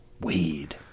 Weed